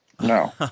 No